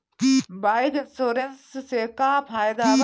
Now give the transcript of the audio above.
Bike insurance से का फायदा बा?